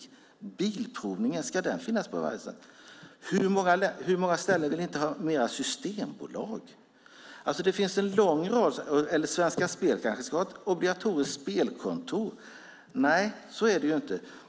Ska bilprovningen finnas på varje ställe? På hur många ställen vill man inte ha fler systembolag? Svenska Spel kanske ska ha ett obligatoriskt spelkontor? Nej, så är det inte.